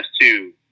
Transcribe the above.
two